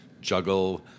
juggle